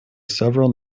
several